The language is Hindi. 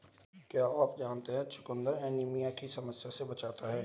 क्या आप जानते है चुकंदर एनीमिया की समस्या से बचाता है?